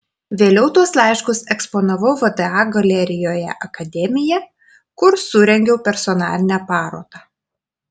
vėliau tuos laiškus eksponavau vda galerijoje akademija kur surengiau personalinę parodą